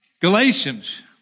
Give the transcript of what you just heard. Galatians